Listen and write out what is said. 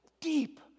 deep